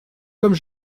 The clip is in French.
comme